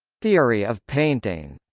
theory of painting